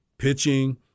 Pitching